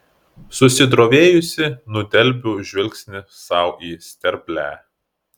susidrovėjusi nudelbiu žvilgsnį sau į sterblę